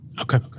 Okay